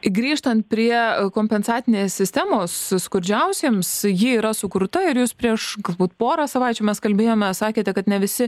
grįžtant prie kompensacinės sistemos skurdžiausiems ji yra sukurta ir jūs prieš galbūt porą savaičių mes kalbėjome sakėte kad ne visi